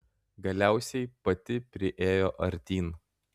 galiausiai pati priėjo artyn